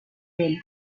del